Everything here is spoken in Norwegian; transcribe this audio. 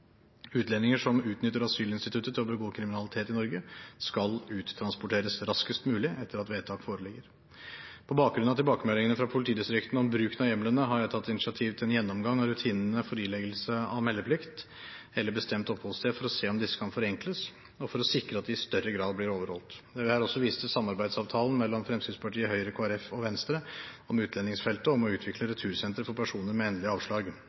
Utlendinger som utnytter asylinstituttet til å begå kriminalitet i Norge, skal uttransporteres raskest mulig etter at vedtak foreligger. På bakgrunn av tilbakemeldingene fra politidistriktene om bruken av hjemlene har jeg tatt initiativ til en gjennomgang av rutinene for ileggelse av meldeplikt eller bestemt oppholdssted for å se om disse kan forenkles og for å sikre at de i større grad blir overholdt. Jeg vil her også vise til samarbeidsavtalen mellom Fremskrittspartiet, Høyre, Kristelig Folkeparti og Venstre om utlendingsfeltet og om å utvikle retursentre for personer med endelig avslag.